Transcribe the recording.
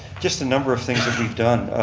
just a number of things that we've done.